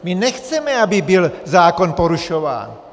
My nechceme, aby byl zákon porušován.